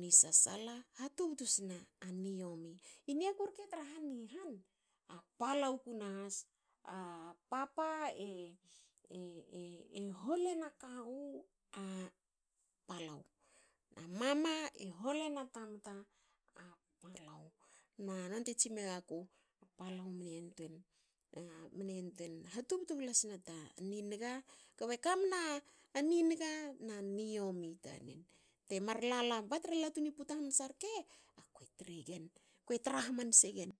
ni sasala. hatubtu sna a niomi. Niaku rke tra han i han. a palau kunahas. e papa e holena kawu a palau. a mama e holena tamta palau. nonte tsi megaku palau mne yantuein mne yantuein hatubutna blasna ta niniga kobe kamna ni niga na niomi tanen. ba tra latu ni puta hamansa rke. ako tregen. ko tra hamnse gen